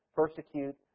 persecute